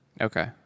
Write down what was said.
Okay